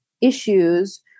issues